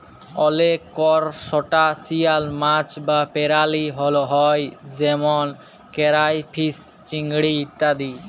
অলেক করসটাশিয়াল মাছ বা পেরালি হ্যয় যেমল কেরাইফিস, চিংড়ি ইত্যাদি